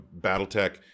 BattleTech